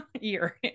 year